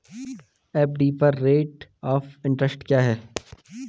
FD पर rate of interest क्या है?